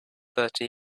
thirty